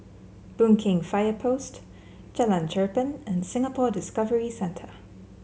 Boon Keng Fire Post Jalan Cherpen and Singapore Discovery Centre